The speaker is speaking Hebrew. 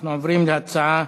אנחנו עוברים להצעות